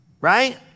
right